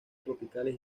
tropicales